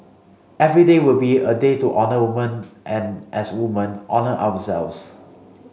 every day would be a day to honour woman and as woman honour ourselves